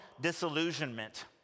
disillusionment